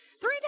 Three